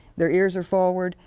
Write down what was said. they're ears are forward.